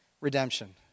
redemption